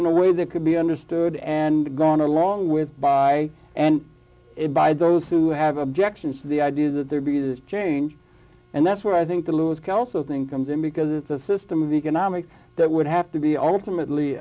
in a way that can be understood and gone along with by and by those who have objections to the idea that there be this change and that's where i think the louis kelso thing comes in because it's a system of economics that would have to be ultimately